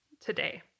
today